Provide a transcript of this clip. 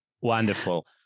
Wonderful